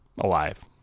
alive